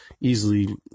easily